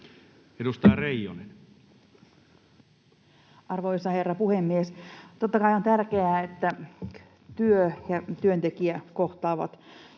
17:19 Content: Arvoisa herra puhemies! Totta kai on tärkeää, että työ ja työntekijä kohtaavat.